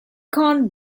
can